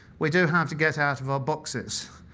we do have to get out of our boxes.